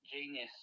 genius